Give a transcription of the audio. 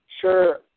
sure